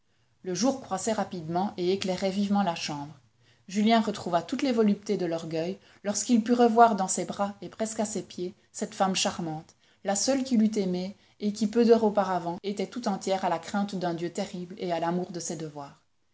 le jour croissait rapidement et éclairait vivement la chambre julien retrouva toutes les voluptés de l'orgueil lorsqu'il put revoir dans ses bras et presque à ses pieds cette femme charmante la seule qu'il eût aimée et qui peu d'heures auparavant était tout entière à la crainte d'un dieu terrible et à l'amour de ses devoirs